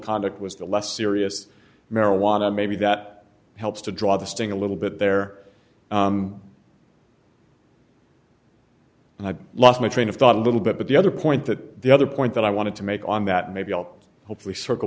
conduct was the less serious marijuana maybe that helps to draw the sting a little bit there and i lost my train of thought a little bit but the other point that the other point that i wanted to make on that maybe i'll hopefully circle